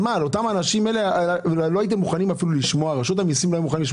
רשות המיסים אפילו לא היתה מוכנה לשמוע אפילו.